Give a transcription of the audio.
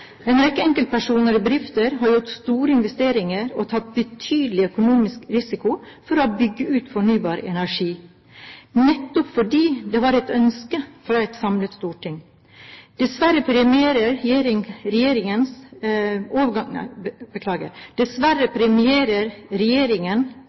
En rekke enkeltpersoner og bedrifter har gjort store investeringer og tatt betydelig økonomisk risiko for å bygge ut fornybar energi, nettopp fordi det var et ønske fra et samlet storting. Dessverre premierer regjeringens